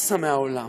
פסה מהעולם,